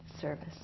service